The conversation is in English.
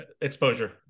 exposure